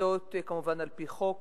וזה כמובן על-פי חוק.